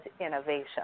innovation